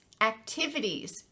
activities